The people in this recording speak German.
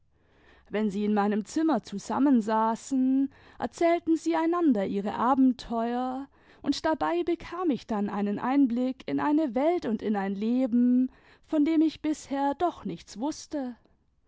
wenn sie in meinem zimmer zusammensaßen erzählten sie einander ihre abenteuer und dabei bekam ich dann einen einblick in eine welt und in ein leben von dem ich bisher doch nichts wußte